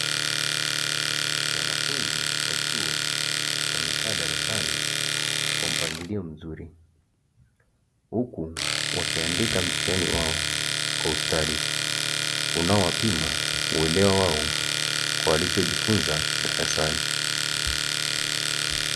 Wanafunzi wa chuo wamekaa darasani kwa mpangilio mzuri, huku wakiandika mtihani wao kwa ustadi unaowapima uelewa wao kwa walichojifunza darasani.